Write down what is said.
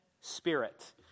spirit